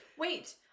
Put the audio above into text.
Wait